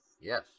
Yes